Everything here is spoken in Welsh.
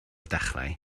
dechrau